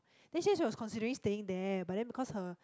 then she say she was considering staying there but then because her